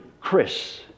Chris